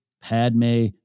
Padme